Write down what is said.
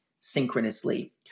synchronously